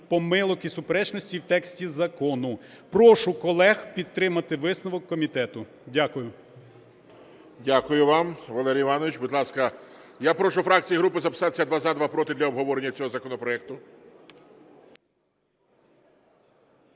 помилок і суперечностей в тексті закону. Прошу колег підтримати висновок комітету. Дякую. ГОЛОВУЮЧИЙ. Дякую вам, Валерій Іванович. Будь ласка, я прошу фракції і групи записатися: два – за, два – проти для обговорення цього законопроекту.